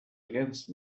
against